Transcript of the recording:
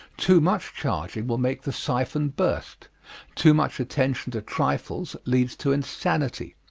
too much charging will make the siphon burst too much attention to trifles leads to insanity.